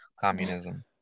communism